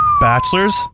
Bachelor's